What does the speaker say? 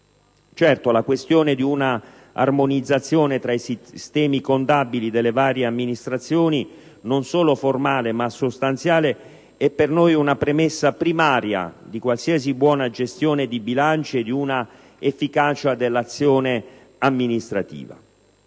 La questione di un'armonizzazione tra i sistemi contabili delle varie amministrazioni, non solo formale, ma sostanziale, è certamente per noi una premessa primaria di qualsiasi buona gestione di bilancio e dell'efficacia dell'azione amministrativa.